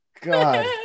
God